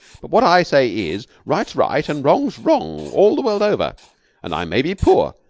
but what i say is, right's right and wrong's wrong all the world over and i may be poor,